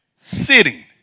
sitting